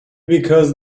because